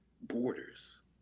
borders